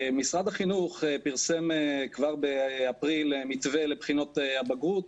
משרד החינוך פרסם כבר באפריל מתווה לבחינות הבגרות,